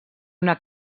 una